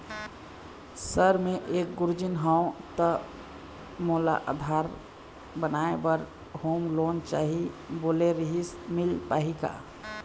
Sir मे एक गुरुजी हंव ता मोला आधार बनाए बर होम लोन चाही बोले रीहिस मील पाही का?